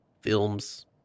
films